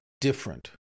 different